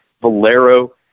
Valero